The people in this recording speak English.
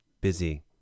busy